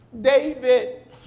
David